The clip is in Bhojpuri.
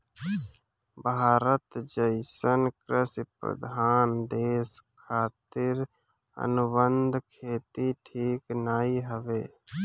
भारत जइसन कृषि प्रधान देश खातिर अनुबंध खेती ठीक नाइ हवे